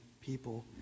people